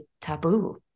taboo